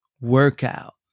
Workout